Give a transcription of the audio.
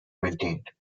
maintained